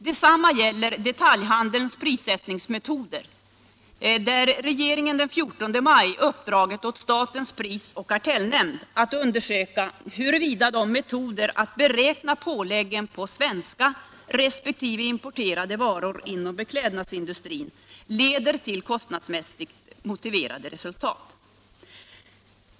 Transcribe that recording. Detsamma gäller detaljhandelns prissättningsmetoder, där regeringen den 14 maj uppdragit åt statens prisoch kartellnämnd att undersöka huruvida metoderna att beräkna påläggen på svenska resp. importerade varor inom beklädnadsindustrin leder till kostnadsmässigt motiverade resultat.